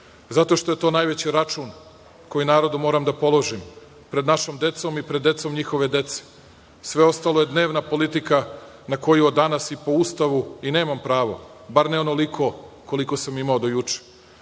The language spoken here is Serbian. zato što je to najveći račun koji narodu moram da položim pred našom decom i pred decom njihove dece. Sve ostalo je dnevna politika na koju danas i po Ustavu i nemam pravo, bar ne onoliko koliko sam imao do juče. Moje